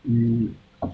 mm